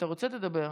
אתה רוצה, תדבר.